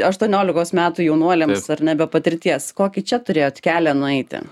aštuoniolikos metų jaunuoliams ar ne be patirties kokį čia turėjot kelią nueiti